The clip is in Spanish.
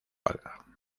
haga